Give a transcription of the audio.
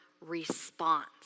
response